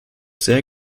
sehr